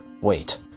Wait